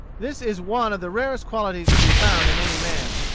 this is one of the rarest qualities to be found in any man.